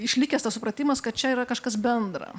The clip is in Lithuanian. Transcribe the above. išlikęs tas supratimas kad čia yra kažkas bendra